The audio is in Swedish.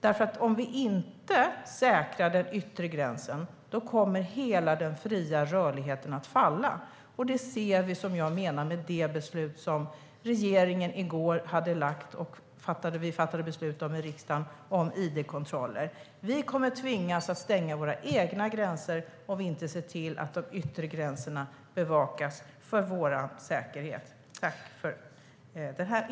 Om vi inte säkrar den yttre gränsen kommer hela den fria rörligheten att falla, och det ser vi med regeringens förslag om id-kontroller som vi fattade beslut om i går i riksdagen. Vi kommer att tvingas stänga våra egna gränser om vi inte ser till att den yttre gränsen bevakas för vår säkerhet.